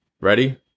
Ready